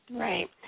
Right